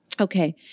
Okay